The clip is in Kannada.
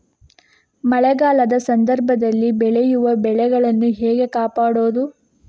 ಮಳೆಗಾಲದ ಸಂದರ್ಭದಲ್ಲಿ ಬೆಳೆಯುವ ಬೆಳೆಗಳನ್ನು ಹೇಗೆ ಕಾಪಾಡೋದು?